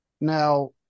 now